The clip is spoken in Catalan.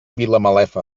vilamalefa